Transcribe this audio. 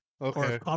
Okay